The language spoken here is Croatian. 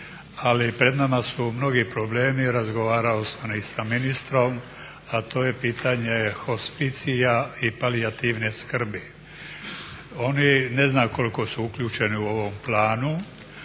ali pred nama su mnogi problemi, razgovarao sam i sa ministrom, a to je pitanje hospicija i palijativne skrbi. Oni ne znam koliko su uključeni u ovom planu,